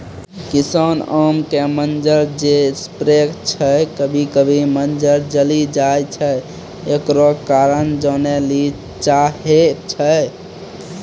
किसान आम के मंजर जे स्प्रे छैय कभी कभी मंजर जली जाय छैय, एकरो कारण जाने ली चाहेय छैय?